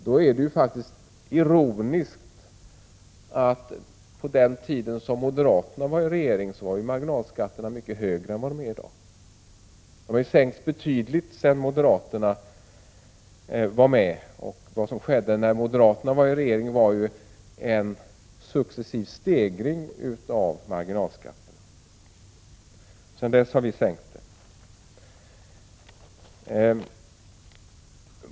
Då är det ju faktiskt ironiskt att marginalskatten var mycket högre på den tiden då moderaterna var med i regeringen än den är i dag, och vad som skedde när moderaterna satt med i regeringen var en successiv stegring av marginalskatten. Sedan dess har vi sänkt den betydligt.